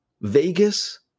Vegas